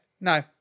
No